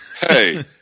Hey